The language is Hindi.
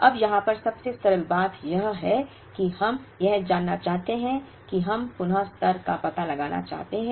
अब यहां पर सबसे सरल बात यह है कि हम यह जानना चाहते हैं कि हम पुन स्तर का पता लगाना चाहते हैं